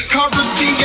Currency